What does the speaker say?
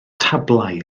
tablau